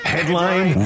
Headline